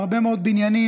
בהרבה מאוד בניינים,